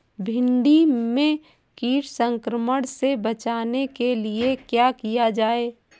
भिंडी में कीट संक्रमण से बचाने के लिए क्या किया जाए?